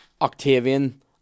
Octavian